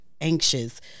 anxious